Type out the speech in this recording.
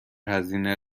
هزینه